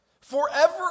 Forever